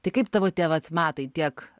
tai kaip tavo tie vat metai tiek